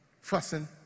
Fussing